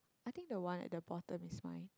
I think the one at the bottom is fine